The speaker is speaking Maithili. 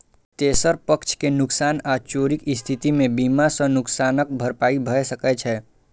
तेसर पक्ष के नुकसान आ चोरीक स्थिति मे बीमा सं नुकसानक भरपाई भए सकै छै